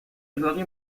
اتاقی